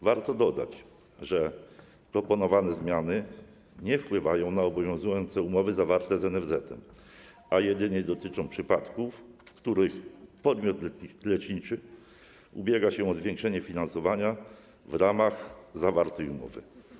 Warto dodać, że proponowane zmiany nie wpływają na obowiązujące umowy zawarte z NFZ, a jedynie dotyczą przypadków, w których podmiot leczniczy ubiega się o zwiększenie finansowania w ramach zawartej umowy.